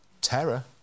terror